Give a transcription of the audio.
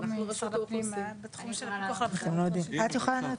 את יכולה לענות?